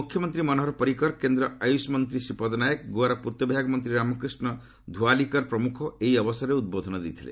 ମୁଖ୍ୟମନ୍ତ୍ରୀ ମନୋହର ପାରିକର କେନ୍ଦ୍ର ଆୟୁଷ ମନ୍ତ୍ରୀ ଶ୍ରୀପଦ ନାୟକ ଗୋଆର ପୂର୍ତ୍ତ ବିଭାଗ ମନ୍ତ୍ରୀ ରାମକ୍ରିଷ୍ଣ ଧୋଆଲିକର୍ ପ୍ରମୁଖ ଏହି ଅବସରରେ ଉଦ୍ବୋଧନ ଦେଇଥିଲେ